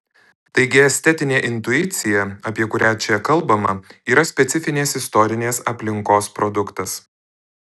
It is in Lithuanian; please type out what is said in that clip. taigi estetinė intuicija apie kurią čia kalbama yra specifinės istorinės aplinkos produktas